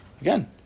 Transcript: Again